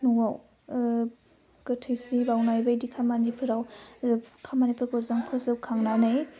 न'वाव गोथै सि बावनाय बायदि खामानिफ्राव खामानिफोरखौ जों फोजोबखांनानै